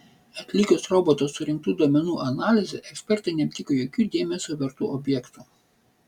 atlikus roboto surinktų duomenų analizę ekspertai neaptiko jokių dėmesio vertų objektų